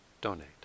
donate